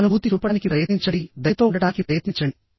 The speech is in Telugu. సానుభూతి చూపడానికి ప్రయత్నించండి దయతో ఉండటానికి ప్రయత్నించండి